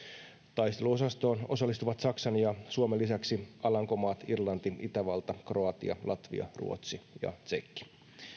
taisteluosastoon osallistuvat saksan ja suomen lisäksi alankomaat irlanti itävalta kroatia latvia ruotsi ja tsekki